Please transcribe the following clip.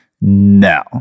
No